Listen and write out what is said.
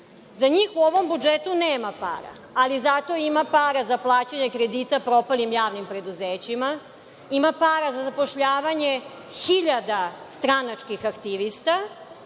Za njih u ovom budžetu nema para, ali zato ima para za plaćanje kredita propalim javnim preduzećima, ima para za zapošljavanje hiljada stranačkih aktivista,